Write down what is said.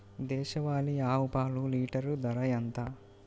దేశవాలీ ఆవు పాలు లీటరు ధర ఎంత?